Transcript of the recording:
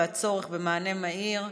והצורך במענה מהיר.